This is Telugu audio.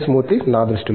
మూర్తి నా దృష్టిలో